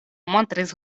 montris